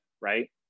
right